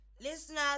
Listeners